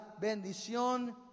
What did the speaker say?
bendición